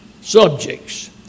subjects